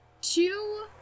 two